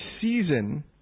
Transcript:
season